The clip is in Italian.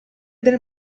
del